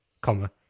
comma